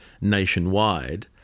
nationwide